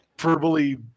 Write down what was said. verbally